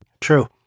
True